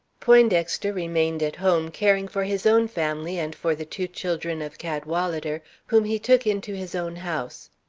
poindexter remained at home, caring for his own family and for the two children of cadwalader, whom he took into his own house.